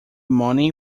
money